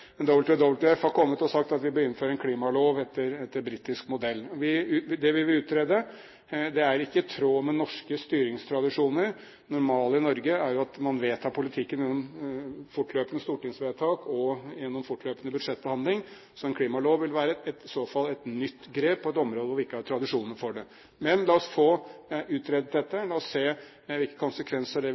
som har kommet og sagt at vi bør innføre en klimalov etter britisk modell. Det vil vi utrede. Det er ikke i tråd med norske styringstradisjoner. Det normale i Norge er at man vedtar politikken gjennom fortløpende stortingsvedtak og fortløpende budsjettbehandlinger. En klimalov vil i så fall være et nytt grep på et område hvor vi ikke har tradisjoner for det. Men la oss få utredet dette. La oss se hvilke konsekvenser dette vil ha. Da får vi det